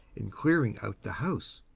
in clearing out the house.